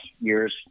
years